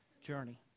journey